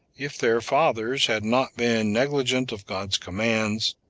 if their fathers had not been negligent of god's commands,